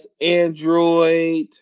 Android